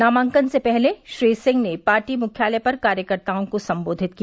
नामांकन से पहले श्री सिंह ने पार्टी मुख्यालय पर कार्यकर्ताओं को संबेधित किया